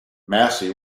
massey